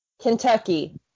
Kentucky